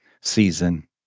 season